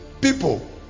People